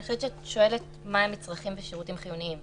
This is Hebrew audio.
אני חושבת שאת שואלת מה הם "מצרכים ושירותים חיוניים",